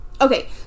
Okay